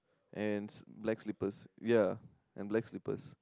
and black slippers ya and black slippers